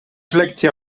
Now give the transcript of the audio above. lekcja